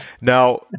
Now